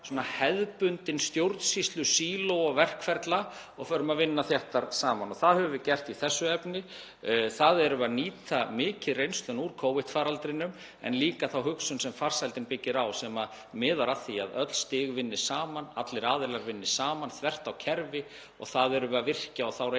hliðar hefðbundin stjórnsýslusíló og verkferla og förum að vinna þéttar saman og það höfum við gert í þessu efni. Þar erum við að nýta mikið reynsluna úr Covid-faraldrinum en líka þá hugsun sem farsældin byggir á sem miðar að því að öll stig vinni saman, allir aðilar vinni saman þvert á kerfi og við erum að virkja þá